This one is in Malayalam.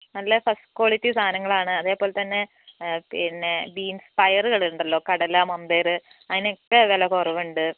നല്ല ഫസ്റ്റ് ക്വാളിറ്റി സാനങ്ങളാണ് അതേപോലെത്തന്നെ പിന്നെ ബീൻസ് പയറുകളുണ്ടല്ലോ കടല മമ്പയർ അതിനൊക്കെ വില കുറവുണ്ട്